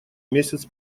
месяц